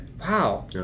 wow